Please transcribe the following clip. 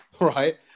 right